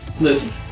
Listen